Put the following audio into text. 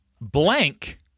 blank